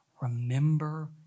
remember